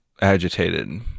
agitated